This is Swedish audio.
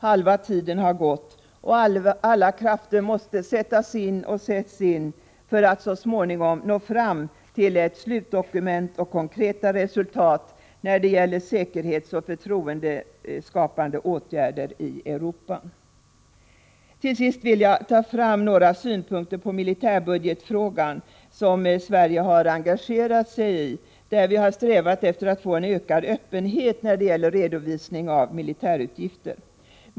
Halva tiden har gått, och alla krafter måste sättas in och sätts in för att man så småningom skall nå fram till ett slutdokument och till konkreta resultat när det gäller säkerhetsoch förtroendeskapande åtgärder i Europa. Till sist vill jag ge några synpunkter på militärbudgetfrågan, som Sverige har engagerat sig i. Vi har strävat efter att få en ökad öppenhet beträffande redovisningen av militärutgifter.